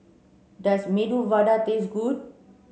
does Medu Vada taste good